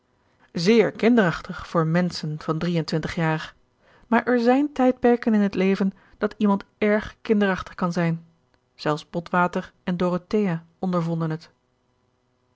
zeer kinderachtig voor menschen van drie en twintig jaar maar er zijn tijdperken in het leven dat iemand erg kinderachtig kan zijn zelfs botwater en dorothea ondervonden het